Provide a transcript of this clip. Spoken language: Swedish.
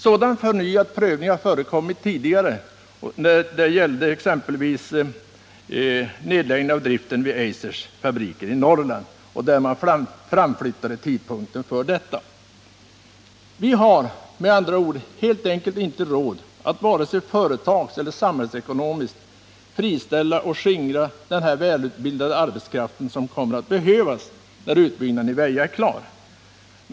Sådan förnyad prövning ägde exempelvis rum när det gällde driften vid AB Eisers fabriker i Norrland, och det medförde att man flyttade fram tidpunkten för en nedläggning. Vi har helt enkelt inte råd, varken från företagsekonomisk eller samhällsekonomisk synpunkt, att friställa och skingra denna välutbildade arbetskraft, som kommer att behövas när utbyggnaden i Väja är klar.